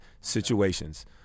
situations